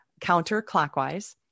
Counterclockwise